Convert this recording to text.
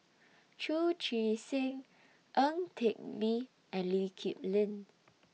Chu Chee Seng Ang Teck Bee and Lee Kip Lin